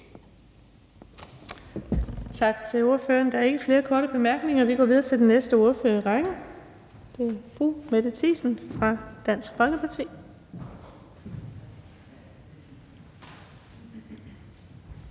Tak til ordføreren. Der er ikke flere korte bemærkninger. Vi går videre til den næste ordfører, og det er fru Mette Thiesen fra Dansk Folkeparti.